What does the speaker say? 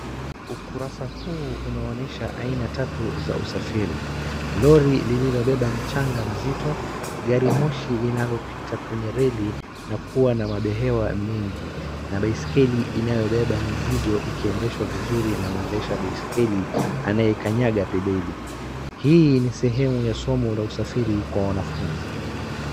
Ukurasa huu unaonesha aina tatu za usafiri. Lori lilobeba mchanga mzito, garimoshi linalopita kwenye reli na kuwa na mabehewa mengi na baiskeli inayobeba mizigo ikiendeshwa vizuri na mwendesha baiskeli anaikanyanga pedeli. Hii ni sehemu ya somo la usafiri kwa wanafunzi.